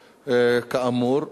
כאמור,